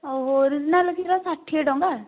ହଉ ଓରିଜିନାଲ୍ କ୍ଷୀର ଷାଠିଏ ଟଙ୍କା